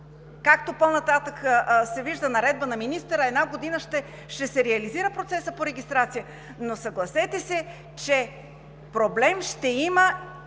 както по-нататък се вижда – наредба на министъра, една година ще се реализира процесът по регистрация. Съгласете се, че проблем ще има.